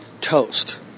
Toast